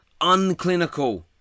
unclinical